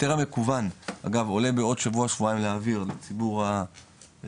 ההיתר המקוון אגב הוא עולה בעוד שבוע שבועיים לאויר לציבור האדריכלים,